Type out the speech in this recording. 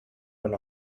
went